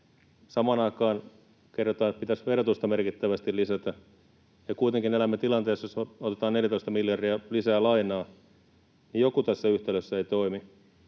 niin kerrotaan, että pitäisi verotusta merkittävästi lisätä, ja kuitenkin elämme tilanteessa, jossa otetaan 14 miljardia lisää lainaa. Joku tässä yhtälössä ei toimi.